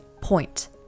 point